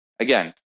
Again